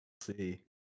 see